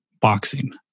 boxing